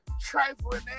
Trifling